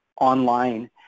online